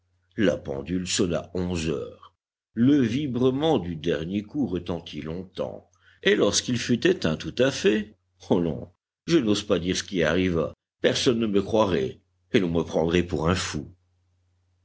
la pendule sonna onze heures le vibrement du dernier coup retentit longtemps et lorsqu'il fut éteint tout à fait oh non je n'ose pas dire ce qui arriva personne ne me croirait et l'on me prendrait pour un fou